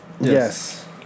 Yes